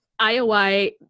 IOI